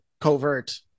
covert